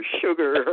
sugar